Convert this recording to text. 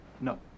No